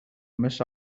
miss